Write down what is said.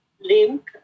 link